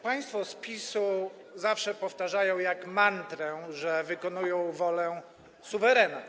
Państwo z PiS-u zawsze powtarzają jak mantrę, że wykonują wolę suwerena.